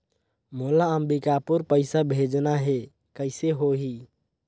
मोला अम्बिकापुर पइसा भेजना है, कइसे होही?